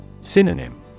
Synonym